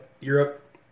Europe